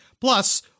Plus